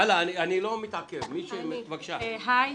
הלאה, בבקשה.